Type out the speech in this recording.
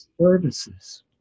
services